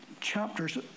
chapters